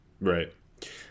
Right